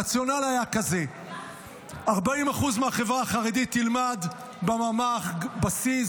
הרציונל היה כזה: 40% מהחברה החרדית ילמדו בממ"ח בשיא.